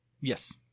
Yes